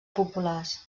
populars